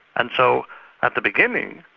and so at the beginning,